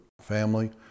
family